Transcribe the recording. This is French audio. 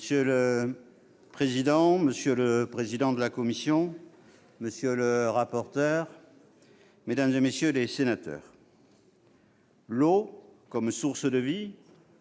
Monsieur le président, monsieur le président de la commission, monsieur le rapporteur, mesdames, messieurs les sénateurs, l'eau comme source de vie,